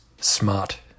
Smart